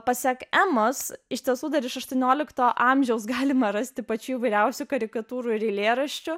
pasak emos iš tiesų dar iš aštuoniolikto amžiaus galima rasti pačių įvairiausių karikatūrų ir eilėraščių